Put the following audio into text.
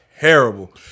terrible